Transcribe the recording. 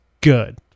good